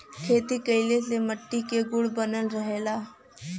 खेती कइले से मट्टी के गुण बनल रहला